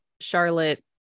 Charlotte